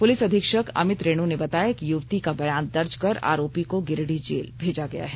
police अधीक्षक अमित रेणु ने बताया कि युवती का बयान दर्ज कर आरोपी को गिरिडीह जेल भेजा गया है